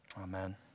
Amen